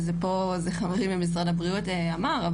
זה חברי ממשרד הבריאות אמר,